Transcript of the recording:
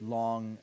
long